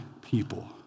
people